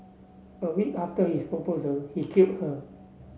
a week after his proposal he killed her